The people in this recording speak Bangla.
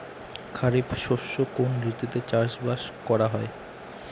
খরিফ শস্য কোন ঋতুতে চাষাবাদ করা হয়?